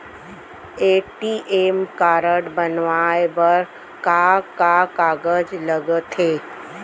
ATM card बनवाये बर का का कागज लगथे?